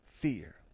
Fear